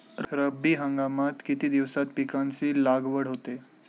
रब्बी हंगामात किती दिवसांत पिकांची लागवड होते?